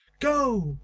go,